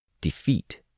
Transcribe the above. Defeat